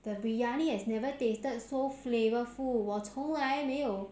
the biryani has never tasted so flavourful 我从来没有